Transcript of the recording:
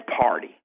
party